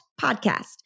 podcast